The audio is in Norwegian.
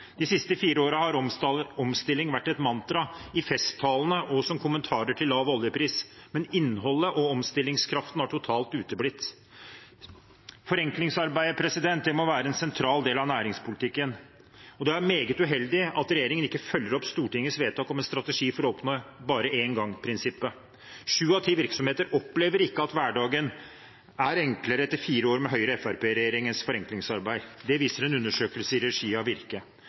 De siste fire årene har omstilling vært et mantra i festtalene og som kommentarer til lav oljepris, men innholdet og omstillingskraften har totalt uteblitt. Forenklingsarbeidet må være en sentral del av næringspolitikken, og det er meget uheldig at regjeringen ikke følger opp Stortingets vedtak om en strategi for å oppnå «bare én gang-prinsippet». Sju av ti virksomheter opplever ikke at hverdagen er enklere etter fire år med Høyre–Fremskrittsparti-regjeringens forenklingsarbeid. Det viser en undersøkelse i regi av Virke.